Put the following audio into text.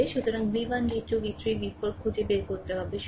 সুতরাং v 1 v 2 v 3 v 4 খুঁজে বের করতে হবে শুনুন